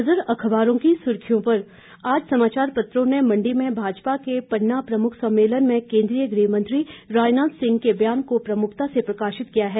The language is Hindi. एक नज़र अखबारों की सुर्खियों पर आज समाचार पत्रों ने मंडी में भाजपा के पन्ना प्रमुख सम्मेलन में केंद्रीय गृह मंत्री राजनाथ सिंह के बयान को प्रमुखता से प्रकाशित किया है